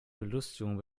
belustigung